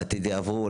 בעתיד יעברו,